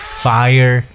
fire